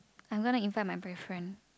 I'm gonna invite my boyfriend